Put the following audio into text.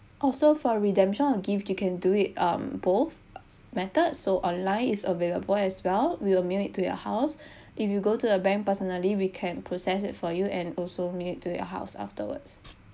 also for redemption gift um you can do it um both method so online is available as well we will mail it to your house if you go to the bank personally we can process it for you and also mail to your house afterwards